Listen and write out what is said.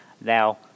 Now